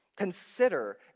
Consider